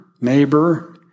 neighbor